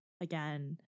again